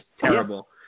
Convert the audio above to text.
terrible